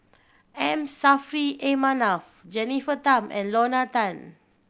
M Saffri A Manaf Jennifer Tham and Lorna Tan